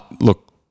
look